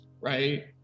right